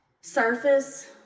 surface